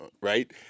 Right